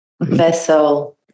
Vessel